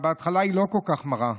בהתחלה היא לא כל כך מרה,